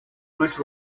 much